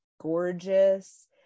gorgeous